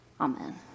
amen